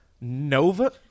Nova